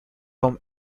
from